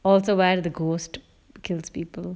also where the ghost kills people